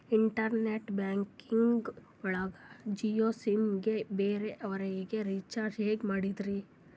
Internet banking ಒಳಗ Jio SIM ಗೆ ಬೇರೆ ಅವರಿಗೆ ರೀಚಾರ್ಜ್ ಹೆಂಗ್ ಮಾಡಿದ್ರಿ?